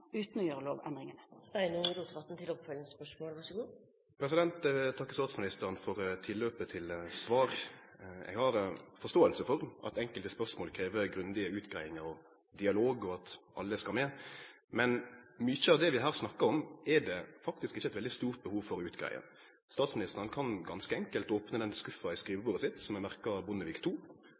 Eg vil takke statsministeren for tilløpet til eit svar. Eg har forståing for at enkelte spørsmål krev grundige utgreiingar og dialog, og at alle skal med. Men mykje av det vi her snakkar om, er det faktisk ikkje eit veldig stort behov for å greie ut. Statsministeren kan ganske enkelt opne den skuffa i skrivebordet sitt som er merka